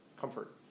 Comfort